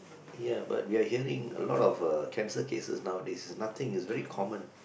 ya but we are hearing a lot of uh cancer cases nowadays it's nothing it's very common